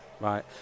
Right